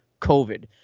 COVID